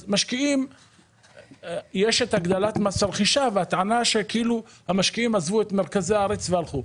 יש את הגדלת מס הרכישה והטענה שכאילו המשקיעים עזבו את מרכז הארץ והלכו.